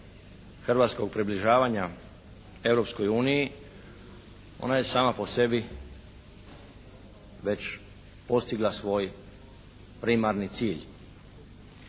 hrvatskog približavanja Europskoj uniji, ona je sama po sebi već postigla svoj primarni cilj.